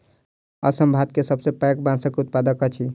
असम भारत के सबसे पैघ बांसक उत्पादक अछि